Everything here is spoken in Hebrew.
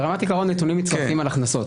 ברמת עקרון, נתונים מצטרפים על הכנסות.